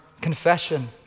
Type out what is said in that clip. Confession